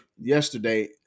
yesterday